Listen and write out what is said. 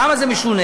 למה זה משונה?